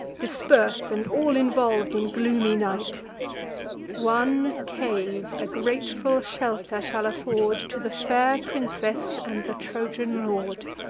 dispers'd, and all involv'd in gloomy night one cave a grateful shelter shall afford to the fair princess and the trojan lord.